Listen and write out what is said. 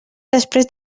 després